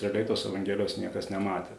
realiai tos evangelijos niekas nematė